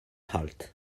halt